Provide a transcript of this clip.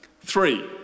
Three